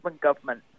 government